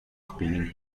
spinning